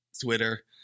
Twitter